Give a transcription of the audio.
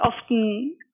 often